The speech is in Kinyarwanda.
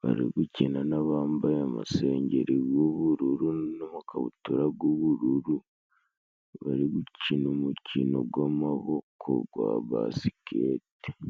bari gukina n'abambaye amasengeri g'ubururu n'amakabutura g'ubururu. Bari gukina umukino gw'amaboko gwa basikete.